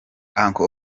uncle